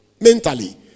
mentally